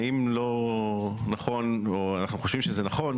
האם לא נכון, או שבעצם אנחנו חושבים שזה נכון